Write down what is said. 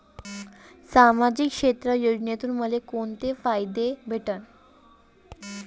सामाजिक क्षेत्र योजनेतून मले कोंते फायदे भेटन?